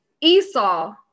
Esau